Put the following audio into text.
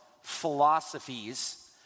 philosophies